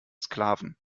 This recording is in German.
sklaven